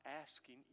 asking